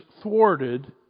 thwarted